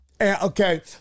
Okay